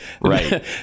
right